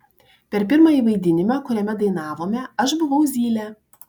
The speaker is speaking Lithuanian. per pirmąjį vaidinimą kuriame dainavome aš buvau zylė